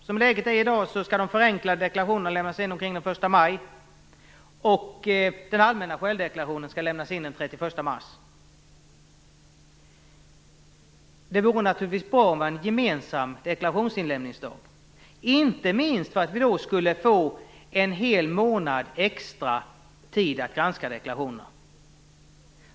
Som läget är i dag skall de förenklade deklarationerna lämnas in omkring den 1 maj, och den allmänna självdeklarationen skall lämnas in den 31 mars. Det vore naturligtvis bra med en gemensam deklarationsinlämningsdag, inte minst för att vi då skulle få en hel månad extra att granska deklarationerna.